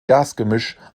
gasgemisch